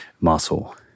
muscle